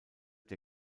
der